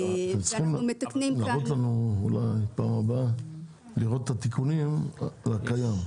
אתם צריכים להראות לנו אולי בפעם הבאה את התיקונים על הקיים.